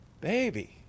Baby